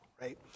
right